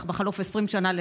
ובחלוף 20 שנה,